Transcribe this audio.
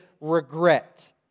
regret